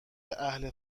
اهل